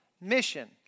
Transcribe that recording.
mission